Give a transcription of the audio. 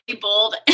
bold